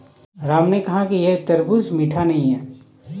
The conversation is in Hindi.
राम ने कहा कि यह तरबूज़ मीठा नहीं है